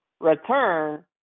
return